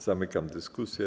Zamykam dyskusję.